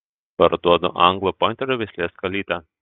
parduodu anglų pointerio veislės kalytę